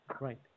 Right